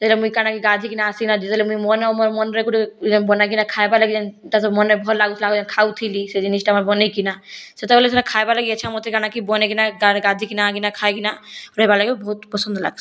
ଯେନଟା ମୁଇଁ କାଣାକେ ଗାଧିକି ଆସିକିନା ଯେତେବେଲେ ମୁଇଁ ମନ୍ ମନେ ଗୁଟେ ବନେ କିନା ଖାଇବା ଲାଗି ତାର୍ ମାନେ ଭଲ୍ ଲାଗୁଥିଲା ଆଉ ଖାଉଥିଲି ସେ ଜିନିଷଟା ବନେଇକିନା ସେତେବେଲେ ସେଟା ଖାଇବା ଲାଗି ଏଛେନ୍ ମତେ କିନା ବନେଇକିନା ଗଧିକିନା ଖାଇକିନା ରହିବାର୍ ଲାଗି ବହୁତ ପସନ୍ଦ ଲାଗସି